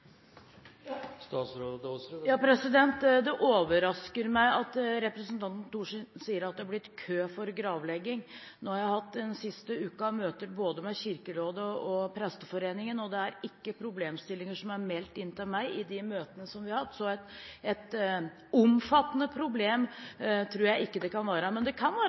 Det overrasker meg at representanten Thorsen sier at det har blitt kø for gravlegging. Jeg har den siste uken hatt møter med både Kirkerådet og Presteforeningen, og det er ikke problemstillinger som er meldt inn til meg i de møtene vi har hatt, så et omfattende problem tror jeg ikke det kan være. Men det kan være